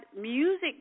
music